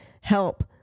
help